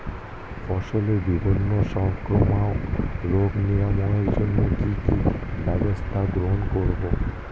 ফসলের বিভিন্ন সংক্রামক রোগ নিরাময়ের জন্য কি কি ব্যবস্থা গ্রহণ করব?